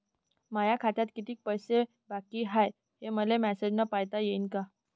माया खात्यात कितीक पैसे बाकी हाय, हे मले मॅसेजन पायता येईन का?